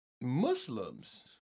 Muslims